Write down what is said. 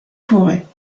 forêts